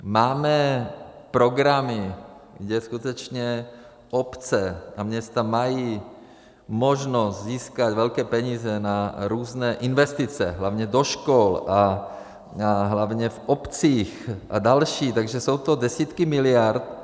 Máme programy, kde skutečně obce a města mají možnost získat velké peníze na různé investice, hlavně do škol a hlavně v obcích a další, takže to jsou desítky miliard.